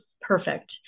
perfect